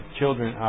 children